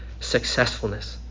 successfulness